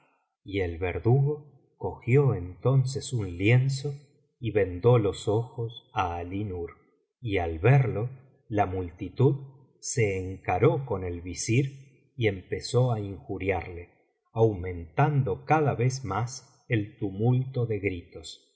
y el verdugo cogió entonces un lienzo y vendó los ojos á alí nur y al verlo la multitud se encaró con el visir y empezó á injuriarle aumentando cada vez más el tumulto de gritos y